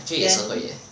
actually 也是会 eh